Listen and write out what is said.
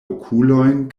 okulojn